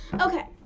okay